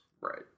Right